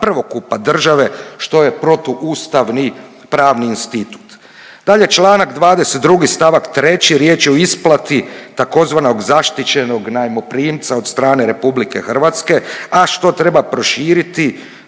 prvokupa države što je protuustavni pravni institut. Dalje, čl. 22. st. 3. riječ je o isplati tzv. zaštićenog najmoprimca od strane RH, a što treba proširiti